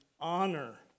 honor